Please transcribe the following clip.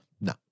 no